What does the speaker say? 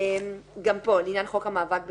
גם פה לעניין חוק המאבק בטרור,